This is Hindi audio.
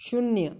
शून्य